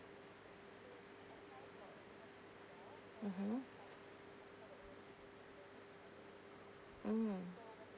mmhmm mm